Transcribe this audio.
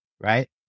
Right